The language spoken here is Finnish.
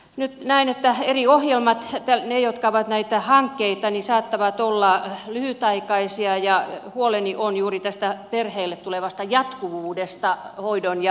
nyt näen että eri ohjelmat ne jotka ovat hankkeita saattavat olla lyhytaikaisia ja huoleni on juuri tästä perheille tulevasta jatkuvuudesta hoidon ja palvelujen suhteen